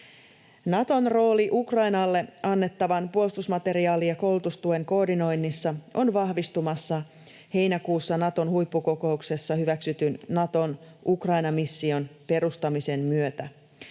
Naton rooli Ukrainalle annettavan puolustusmateriaali- ja koulutustuen koordinoinnissa on vahvistumassa heinäkuussa Naton huippukokouksessa hyväksytyn Naton Ukraina-mission perustamisen myötä.